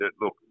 Look